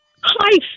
Hi